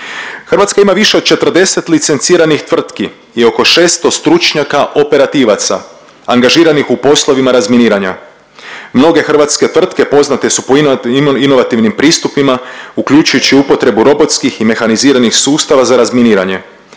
Hrvatska ima više od 40 licenciranih tvrtki i oko 600 stručnjaka operativaca angažiranih u poslovima razminiranja. Mnoge hrvatske tvrtke poznate su po inovativnim pristupima uključujući upotrebu robotskih i mehaniziranih sustava za razminiranje.